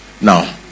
Now